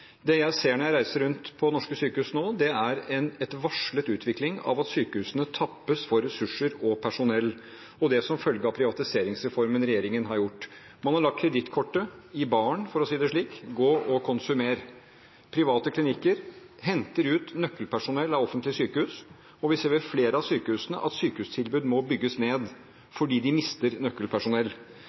Det jeg ser når jeg reiser rundt på norske sykehus nå, er en varslet utvikling der sykehusene tappes for ressurser og personell, og det som følge av privatiseringsreformen regjeringen har gjennomført. Man har lagt kredittkortet i baren, for å si det slik – gå og konsumer! Private klinikker henter ut nøkkelpersonell av offentlige sykehus, og vi ser ved flere av sykehusene at sykehustilbud må bygges ned fordi de mister nøkkelpersonell.